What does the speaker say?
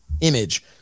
image